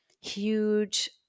huge